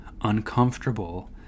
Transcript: uncomfortable